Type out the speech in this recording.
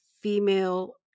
female